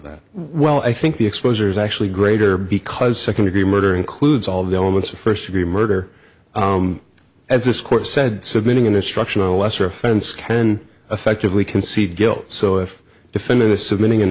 that well i think the exposure is actually greater because second degree murder includes all the elements of first degree murder as this court said submitting an instruction a lesser offense can effectively concede guilt so if defending the submitting an